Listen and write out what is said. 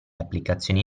applicazioni